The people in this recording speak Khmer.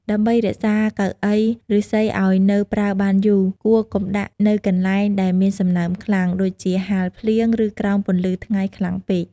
ដើម្បីរក្សាកៅអីឫស្សីឲ្យនៅប្រើបានយូរ គួរកុំដាក់នៅកន្លែងដែលមានសំណើមខ្លាំង ដូចជាហាលភ្លៀង ឬក្រោមពន្លឺថ្ងៃខ្លាំងពេក។